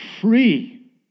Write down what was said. free